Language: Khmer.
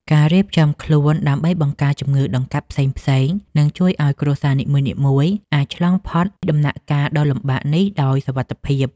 ការរៀបចំខ្លួនដើម្បីបង្ការជំងឺដង្កាត់ផ្សេងៗនឹងជួយឱ្យគ្រួសារនីមួយៗអាចឆ្លងផុតដំណាក់កាលដ៏លំបាកនេះដោយសុវត្ថិភាព។